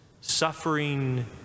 suffering